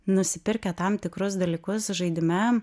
nusipirkę tam tikrus dalykus žaidime